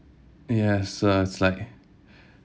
yes so it's like